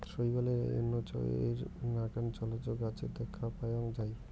শৈবালের এইনা চাইর নাকান জলজ গছের দ্যাখ্যা পাওয়াং যাই